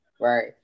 Right